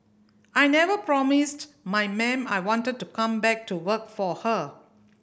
I never promised my ma'am I wanted to come back to work for her